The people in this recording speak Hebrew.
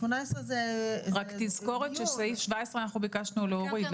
רק תזכורת לפרוטוקול שאת סעיף 17 ביקשנו להוריד,